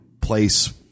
place